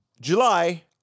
July